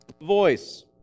voice